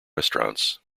restaurants